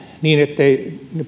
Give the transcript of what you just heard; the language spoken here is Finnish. niin ettei